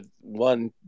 one